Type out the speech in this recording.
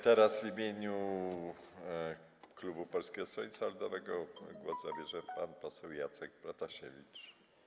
Teraz w imieniu klubu Polskiego Stronnictwa Ludowego głos zabierze pan poseł Jacek Protasiewicz.